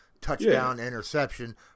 touchdown-interception –